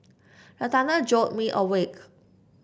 the thunder jolt me awake